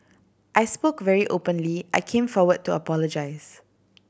I spoke very openly I came forward to apologise